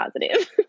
positive